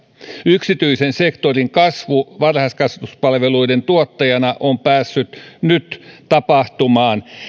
yksityisen sektorin kasvu varhaiskasvatuspalveluiden tuottajana on päässyt nyt tapahtumaan